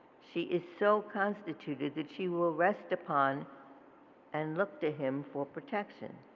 she is so constituted that she will rest upon and look to him for protection.